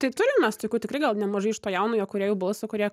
tai turim mes tokių tikrai gal nemažai iš to jaunojo kūrėjo balso kurie